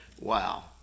Wow